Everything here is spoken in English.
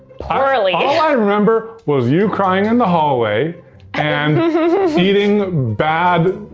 poorly all i remember was you crying in the hallway and eating bad.